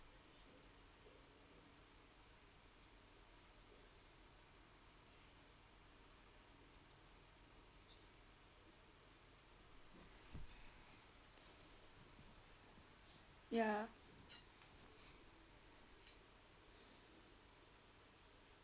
ya